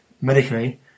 medically